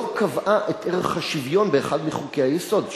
לא קבעה את ערך השוויון באחד מחוקי-היסוד שלה,